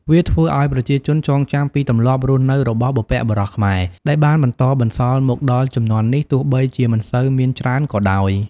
វាធ្វើឱ្យប្រជាជនចងចាំពីទម្លាប់រស់នៅរបស់បុព្វបុរសខ្មែរ ដែលបានបន្តបន្សល់មកដល់ជំនាន់នេះ ទោះបីជាមិនសូវមានច្រើនក៏ដោយ។